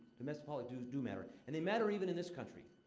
domestic politics do matter, and they matter even in this country.